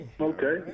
Okay